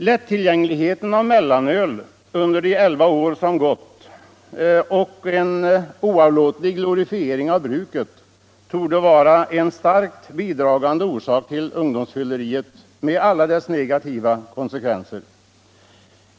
Lättillgängligheten av mellanöl under de elva år som vi haft detta öl och en oavlåtlig glorifiering av bruket torde vara en starkt bidragande orsak till ungdomsfylleriet med alla dess negativa konsekvenser.